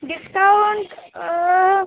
discount